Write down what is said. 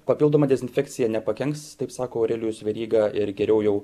papildoma dezinfekcija nepakenks taip sako aurelijus veryga ir geriau jau